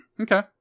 Okay